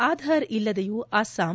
ಆಧಾರ್ ಇಲ್ಲದೆಯೂ ಅಸ್ಸಾಂ